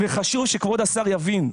וחשוב שכבוד השר יבין,